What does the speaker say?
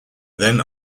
then